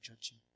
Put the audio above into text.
judging